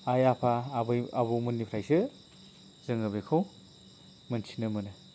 आय आफा आबै आबौ मोननिफ्रायसो जोङो बेखौ मोनथिनो मोनो